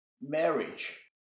marriage